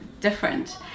different